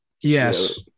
Yes